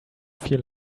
feel